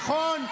נכון,